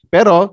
Pero